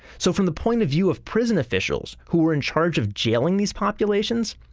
so from the point of view of prison officials who are in charge of jailing these populations,